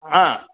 हा